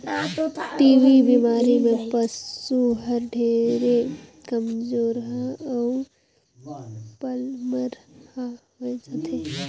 TB बेमारी में पसु हर ढेरे कमजोरहा अउ पलमरहा होय जाथे